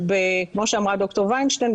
שכמו שאמרה ד"ר וינשטיין,